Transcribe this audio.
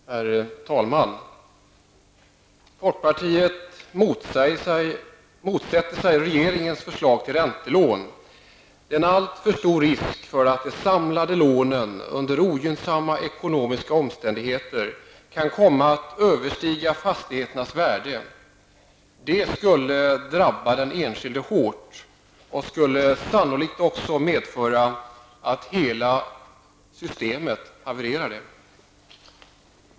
Herr talman! Folkpartiet motsätter sig regeringens förslag till räntelån. Det är en alltför stor risk för att de samlade lånen under ogynnsamma ekonomiska omständigheter kan komma att överstiga fastigheternas värde. Detta skulle drabba den enskilde hårt och sannolikt också medföra att hela systemet havererade.